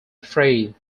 afraid